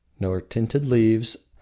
nor tinted leaves.